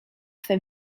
swe